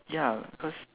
ya cause